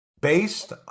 based